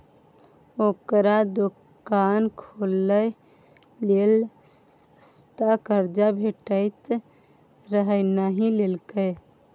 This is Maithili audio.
ओकरा दोकान खोलय लेल सस्ता कर्जा भेटैत रहय नहि लेलकै